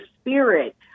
spirit